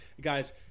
guys